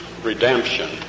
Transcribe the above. redemption